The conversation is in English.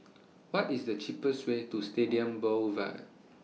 What IS The cheapest Way to Stadium Boulevard